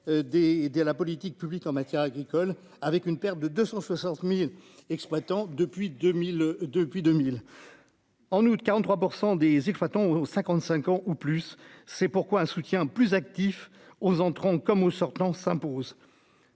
des la politique publique en matière agricole, avec une perte de 260000 exploitants depuis 2000 depuis 2000. En août 43 % des Fatton 55 ans ou plus, c'est pourquoi un soutien plus actif aux entrons comme au sortant s'impose.